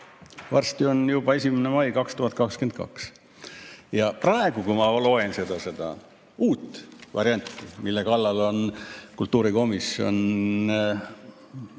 Varsti on juba 1. mai 2022. Ja praegu, kui ma loen seda uut varianti, mille kallal on kultuurikomisjon vilkalt